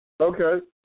Okay